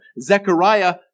Zechariah